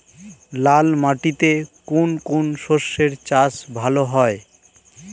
লাল মাটিতে কোন কোন শস্যের চাষ ভালো হয়?